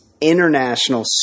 international